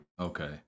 okay